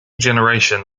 generation